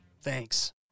Thanks